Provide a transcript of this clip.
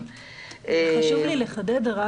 חשוב לי לחדד,